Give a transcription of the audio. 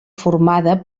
formada